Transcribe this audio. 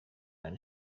and